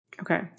Okay